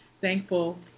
thankful